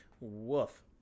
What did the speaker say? Woof